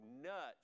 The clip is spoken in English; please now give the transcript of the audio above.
nuts